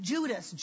Judas